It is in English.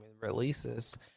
releases